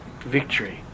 Victory